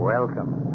Welcome